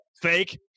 fake